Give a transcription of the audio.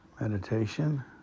Meditation